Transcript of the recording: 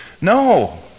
No